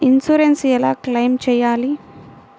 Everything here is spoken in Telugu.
ఇన్సూరెన్స్ ఎలా క్లెయిమ్ చేయాలి?